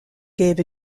gave